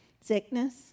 sickness